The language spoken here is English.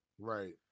Right